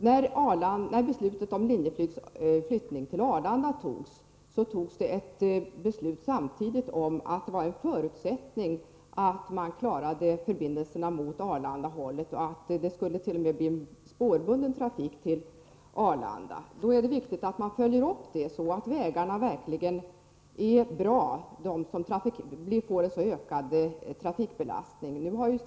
När beslutet om Linjeflygs flyttning till Arlanda fattades, sades samtidigt att en förutsättning var att man klarade förbindelserna åt Arlandahållet. Det skulle t.o.m. bli en spårbunden trafik till Arlanda. Då är det viktigt att man följer upp detta så att de vägar som får en ökad trafikbelastning verkligen är bra.